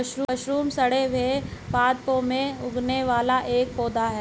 mushroom सड़े हुए पादपों में उगने वाला एक पौधा है